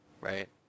right